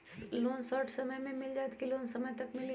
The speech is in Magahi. लोन शॉर्ट समय मे मिल जाएत कि लोन समय तक मिली?